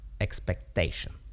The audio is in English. expectation